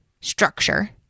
structure